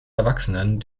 erwachsenen